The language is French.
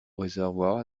réservoir